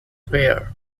fair